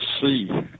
see